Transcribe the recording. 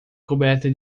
coberta